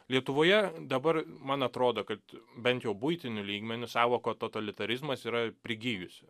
lietuvoje dabar man atrodo kad bent jau buitiniu lygmeniu sąvoką totalitarizmas yra prigijusi